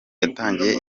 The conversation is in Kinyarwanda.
yatangiye